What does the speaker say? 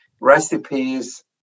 recipes